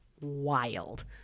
wild